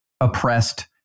oppressed